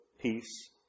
peace